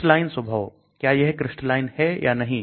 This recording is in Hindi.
क्रिस्टलाइन स्वभाव क्या यह क्रिस्टलाइन है या नहीं